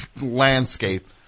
landscape